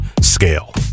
scale